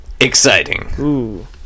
exciting